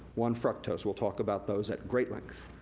one fructose, we'll talk about those at great length.